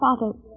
father